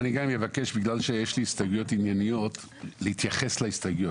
יש לי הסתייגויות ענייניות ואני אבקש להתייחס להסתייגויות.